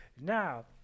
Now